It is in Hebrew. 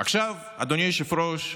אדוני היושב-ראש,